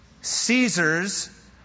Caesar's